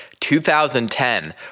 2010